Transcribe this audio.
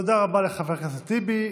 תודה רבה לחבר הכנסת טיבי.